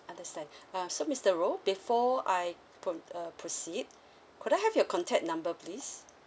understand uh so mister low before I pro~ proceed could I have your contact number please